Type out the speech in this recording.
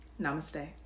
namaste